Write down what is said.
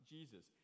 Jesus